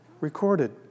recorded